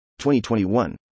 2021